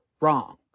wrong